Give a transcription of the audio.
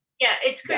yeah, it's